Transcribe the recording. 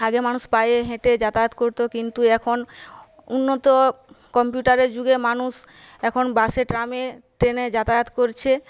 আগে মানুষ পায়ে হেঁটে যাতায়াত করত কিন্তু এখন উন্নত কম্পিউটারের যুগে মানুষ এখন বাসে ট্রামে ট্রেনে যাতায়াত করছে